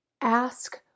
Ask